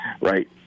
right